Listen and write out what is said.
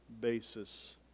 basis